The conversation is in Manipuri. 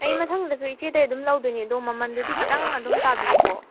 ꯑꯩ ꯃꯊꯪꯗꯁꯨ ꯏꯆꯦꯗꯩ ꯑꯗꯨꯝ ꯂꯧꯗꯣꯏꯅꯤ ꯑꯗꯣ ꯃꯃꯜꯗꯨꯗꯤ ꯈꯤꯇꯪ ꯑꯗꯨꯝ ꯇꯥꯕꯤꯌꯨꯀꯣ